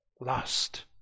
lust